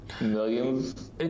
millions